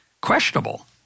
questionable